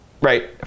right